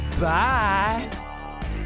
Bye